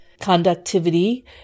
conductivity